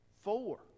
Four